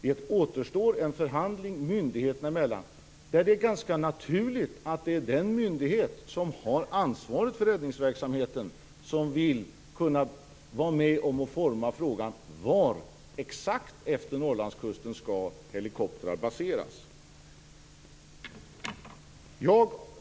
Det återstår en förhandling myndigheterna emellan där den myndighet som har ansvaret för räddningsverksamheten vill vara med och forma beslutet om exakt var efter Norrlandskusten helikoptrar skall baseras.